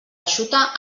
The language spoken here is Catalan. eixuta